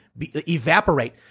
evaporate